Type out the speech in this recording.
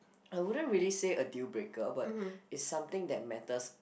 I wouldn't really say a dealbreaker but it's something that matters